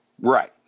Right